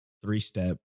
Three-step